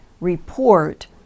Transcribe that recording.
report